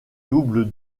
double